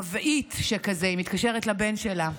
מבעית שכזה: היא מתקשרת לבן שלה.